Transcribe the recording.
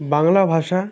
বাংলা ভাষা